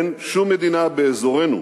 אין שום מדינה באזורנו